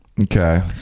okay